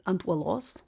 ant uolos